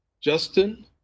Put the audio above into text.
Justin